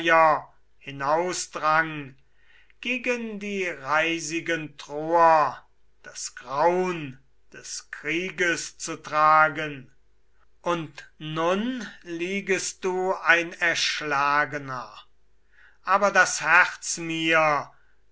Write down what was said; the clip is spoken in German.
gegen die reisigen troer das graun des krieges zu tragen und nun liegest du ein erschlagener aber das herz mir